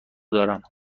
دارم